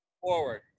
Forward